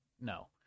no